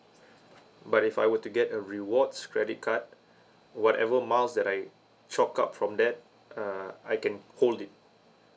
but if I were to get a rewards credit card whatever miles that I chalk out from that uh I can hold it